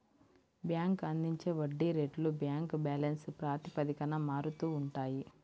bank అందించే వడ్డీ రేట్లు బ్యాంక్ బ్యాలెన్స్ ప్రాతిపదికన మారుతూ ఉంటాయి